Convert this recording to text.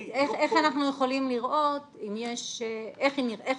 אז איך אנחנו יכולים לראות איך נרכש?